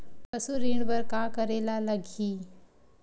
पशु ऋण बर का करे ला लगही?